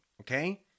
okay